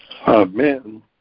Amen